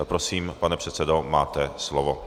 Prosím, pane předsedo, máte slovo.